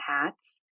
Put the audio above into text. hats